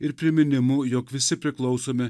ir priminimu jog visi priklausome